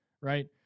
right